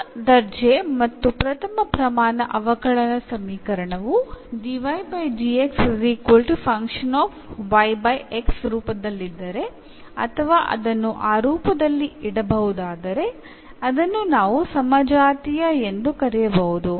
ಪ್ರಥಮ ದರ್ಜೆ ಮತ್ತು ಪ್ರಥಮ ಪ್ರಮಾಣ ಅವಕಲನ ಸಮೀಕರಣವು ರೂಪದಲ್ಲಿದ್ದರೆ ಅಥವಾ ಅದನ್ನು ಆ ರೂಪದಲ್ಲಿ ಇಡಬಹುದಾದರೆ ಅದನ್ನು ನಾವು ಸಮಜಾತಿಯ ಎಂದು ಕರೆಯಬಹುದು